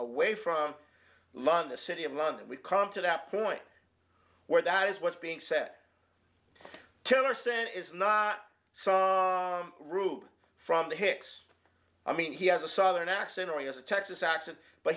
away from london city of london we come to that point where that is what's being said turner said it's not some rube from the hicks i mean he has a southern accent or he has a texas accent but